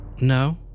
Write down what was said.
no